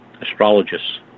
astrologists